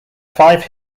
five